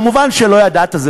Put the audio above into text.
מובן שלא ידעת,